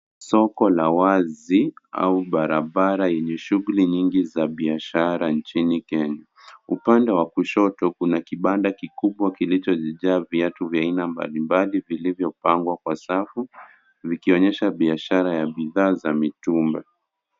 Soko la wazi au barabara enye shugli nyingi za barabara nchini Kenya. Upande wa kishoto kuna kibanda kikubwa kilichojaa viatu vya aina mbalimbali vilivyo oangwa kwa safu vikionyesha bishara ya bidhaa za mitumba.